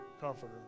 comforter